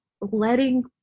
letting